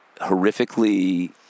horrifically